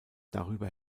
darüber